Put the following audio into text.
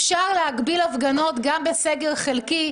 אפשר להגביל הפגנות גם בסגר חלקי.